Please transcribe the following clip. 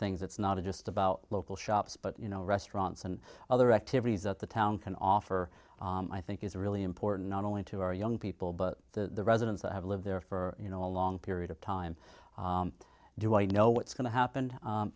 things it's not just about local shops but you know restaurants and other activities that the town can offer i think is really important not only to our young people but the residents that have lived there for you know a long period of time do i know what's going to happen